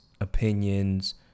opinions